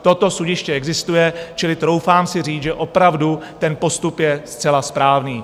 Toto sudiště existuje, čili troufám si říct, že opravdu ten postup je zcela správný.